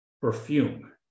perfume